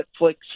Netflix